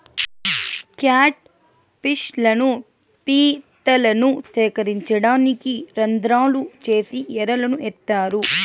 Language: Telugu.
క్యాట్ ఫిష్ లను, పీతలను సేకరించడానికి రంద్రాలు చేసి ఎరలను ఏత్తారు